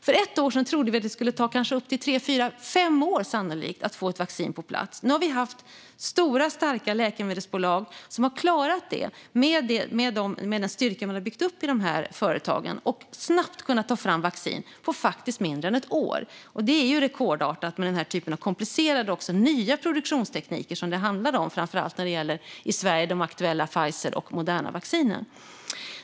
För ett år sedan trodde vi att det sannolikt skulle ta tre, fyra eller upp till fem år att få ett vaccin på plats. Nu har vi haft stora starka läkemedelsbolag som med den styrka man har byggt upp i företagen klarat att ta fram vaccin snabbt, faktiskt på mindre än ett år. Det är ju rekordartat. Det handlar om komplicerade och nya produktionstekniker, framför allt när det gäller de i Sverige aktuella Pfizer och Modernavaccinerna.